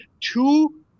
two